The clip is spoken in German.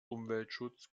umweltschutz